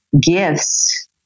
gifts